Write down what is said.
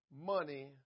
money